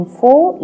four